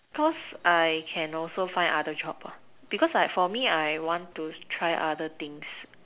cause I also can find other job because like for me I want to try other things